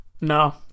No